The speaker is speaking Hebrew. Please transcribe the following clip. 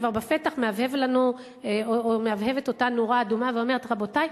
כבר בפתח מהבהבת אותה נורה אדומה ואומרת: רבותי,